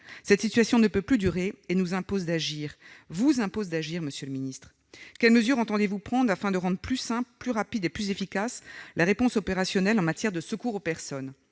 Cette situation ne peut plus durer et nous impose d'agir. Elle vous impose d'agir, monsieur le ministre ! Quelles mesures entendez-vous prendre afin de rendre plus simple, plus rapide et plus efficace la réponse opérationnelle en matière de secours aux personnes ?